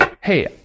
hey